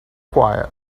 quiet